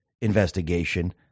investigation